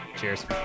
Cheers